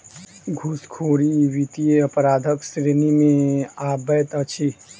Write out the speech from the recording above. घूसखोरी वित्तीय अपराधक श्रेणी मे अबैत अछि